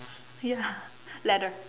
ya ladder